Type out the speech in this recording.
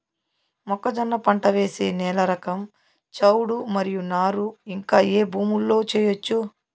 మొక్కజొన్న పంట వేసే నేల రకం చౌడు మరియు నారు ఇంకా ఏ భూముల్లో చేయొచ్చు?